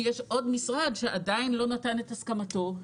יש עוד משרד שעדיין לא נתן את הסכמתו,